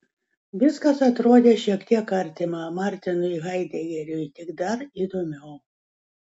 viskas atrodė šiek tiek artima martinui haidegeriui tik dar įdomiau